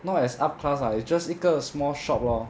not as up class lah it's just 一个 small shop lor